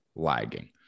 lagging